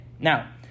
Now